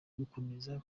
gukomeza